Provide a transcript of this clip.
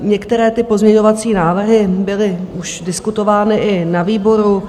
Některé ty pozměňovací návrhy byly už diskutovány i na výboru.